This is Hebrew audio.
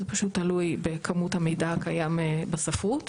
זה פשוט תלוי בכמות המידע הקיים בספרות.